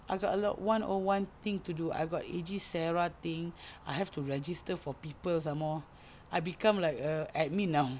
I got a lot one oh one thing to do I got A_J sarah thing I have to register for people some more I become like a a admin now